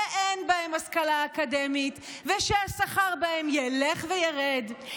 שאין בהם השכלה אקדמית ושהשכר בהם ילך וירד,